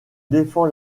défend